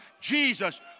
Jesus